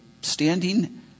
standing